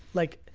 like,